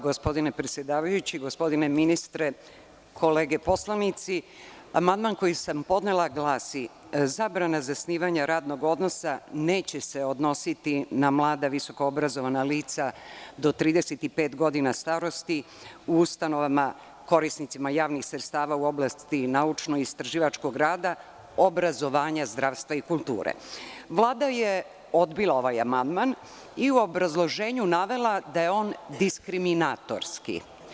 Gospodine ministre, kolege poslanici, amandman koji sam podnela glasi: „Zabrana zasnivanja radnog odnosa neće se odnositi na mlada visokoobrazovana lica do 35 godina starosti u ustanovama, korisnicima javnih sredstava u oblasti naučno-istraživačkog rada, obrazovanja, zdravstva i kulture.“ Vlada je odbila ovaj amandman i u obrazloženju navela da je on diskriminatorski.